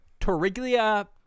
Torriglia